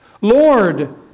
Lord